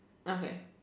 okay